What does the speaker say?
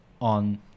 on